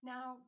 Now